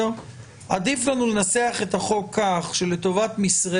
עדיף לנו לנסח את החוק כך שלטובת מסרי